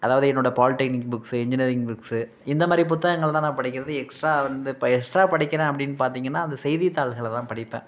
அதாவது என்னோட polytechnic books engineering books இந்த மாதிரி புத்தகங்களை தான் நான் படிக்கிறது எக்ஸ்ட்ரா வந்து ப எக்ஸ்ட்ரா படிக்கிறேன் அப்படின்னு பார்த்தீங்கன்னா அந்த செய்தித்தாள்களை தான் படிப்பேன்